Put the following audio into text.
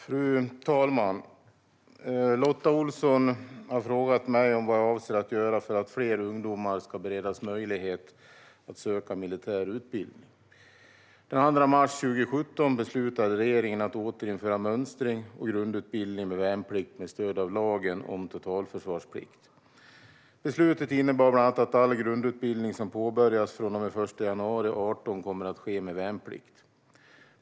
Fru talman! Lotta Olsson har frågat mig vad jag avser att göra för att fler ungdomar ska beredas möjlighet att söka en militär utbildning. Den 2 mars 2017 beslutade regeringen att återinföra mönstring och grundutbildning med värnplikt med stöd av lagen om totalförsvarsplikt. Beslutet innebär bland annat att all grundutbildning som påbörjas från och med den 1 januari 2018 kommer att ske med värnplikt.